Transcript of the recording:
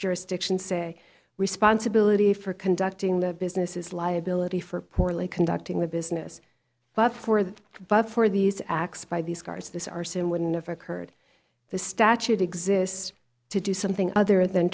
jurisdictions say responsibility for conducting the business is liability for poorly conducting the business but for the but for these acts by the scars of this arson wouldn't have occurred the statute exists to do something other than